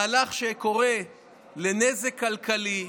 מהלך שגורם לנזק כלכלי.